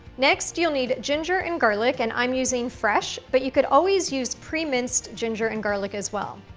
next, you'll need ginger and garlic, and i'm using fresh but you could always use pre-minced ginger and garlic as well.